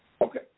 Okay